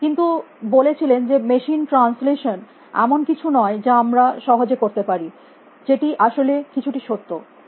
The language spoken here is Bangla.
কিন্তু বলেছিলেন যে মেশিন ট্রান্সলেশন এমন কিছু নয় যা আমরা সহজে করতে পারি যেটি আসলে কিছুটি সত্যি